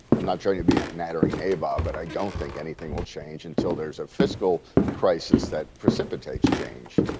i'm not trying to be nattering neva, but i don't think anything will change until there's a fiscal crisis that precipitates change.